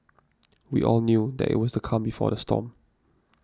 we all knew that it was the calm before the storm